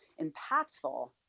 impactful